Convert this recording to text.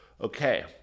Okay